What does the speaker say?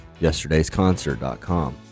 yesterdaysconcert.com